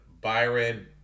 Byron